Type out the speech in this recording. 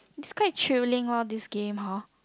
is quite thrilling lor this game hor